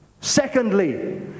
Secondly